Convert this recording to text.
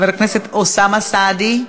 חבר הכנסת אוסאמה סעדי,